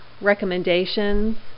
recommendations